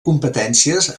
competències